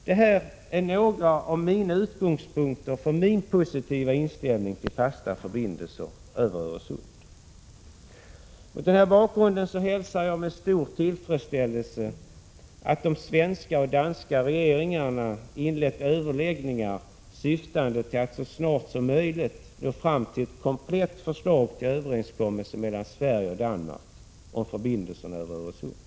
Det här är några utgångspunkter för min positiva inställning till fasta förbindelser över Öresund. Mot den här bakgrunden hälsar jag med stor tillfredsställelse att den 19 november 1986 svenska och den danska regeringen inlett överläggningar syftande till att så snart som möjligt nå fram till ett komplett förslag till överenskommelse mellan Sverige och Danmark om förbindelsen över Öresund.